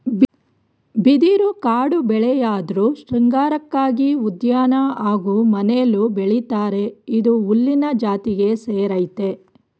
ಬಿದಿರು ಕಾಡುಬೆಳೆಯಾಧ್ರು ಶೃಂಗಾರಕ್ಕಾಗಿ ಉದ್ಯಾನ ಹಾಗೂ ಮನೆಲೂ ಬೆಳಿತರೆ ಇದು ಹುಲ್ಲಿನ ಜಾತಿಗೆ ಸೇರಯ್ತೆ